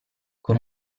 con